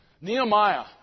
Nehemiah